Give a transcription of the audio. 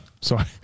Sorry